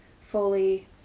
fully